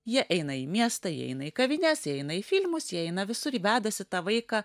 jie eina į miestą jie eina į kavines jie eina į filmus jie eina visur ir vedasi tą vaiką